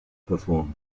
perform